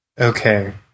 Okay